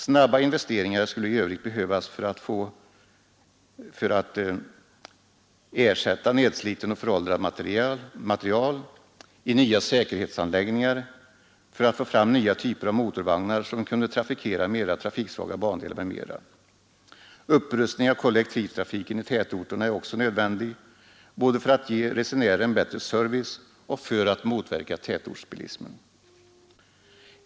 Snabba investeringar skulle i övrigt behövas för att ersätta nedsliten och föråldrad materiel, för att få nya säkerhetsanläggningar, nya typer av motorvagnar som kunde trafikera mera trafiksvaga bandelar, m.m. Upprustning av kollektivtrafiken i tätorterna är också nödvändig, både för att ge resenärerna bättre service och för att motverka tätortsbilismen.